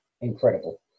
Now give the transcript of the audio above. incredible